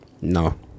No